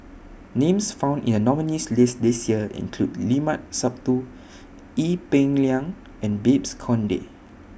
Names found in The nominees' list This Year include Limat Sabtu Ee Peng Liang and Babes Conde